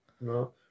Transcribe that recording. No